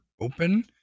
open